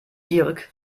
dirk